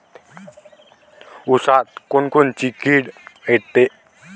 ऊसात कोनकोनची किड येते?